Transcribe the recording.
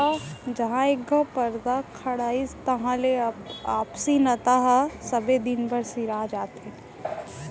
जहॉं एक घँव परदा खड़ाइस तहां ले आपसी नता ह सबे दिन बर सिरा जाथे